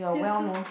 you also